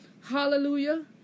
Hallelujah